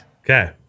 okay